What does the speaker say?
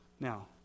Now